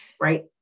right